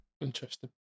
Interesting